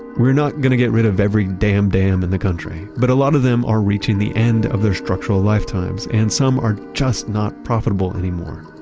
we're not gonna get rid of every damn dam in the country, but a lot of them are reaching the end of their structural lifetimes. and some are just not profitable anymore.